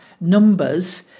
numbers